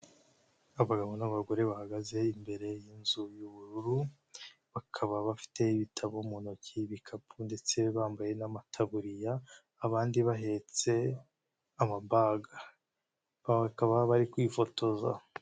Abagabo n'abagore bahagaze imbere y'inzu y'ubururu ,bakaba bafite ibitabo mu ntoki ibikapu ndetse bambaye n'amataburiya, abandi bahetse amabage bakaba bari kwifotoza.